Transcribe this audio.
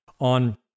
on